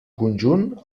conjunt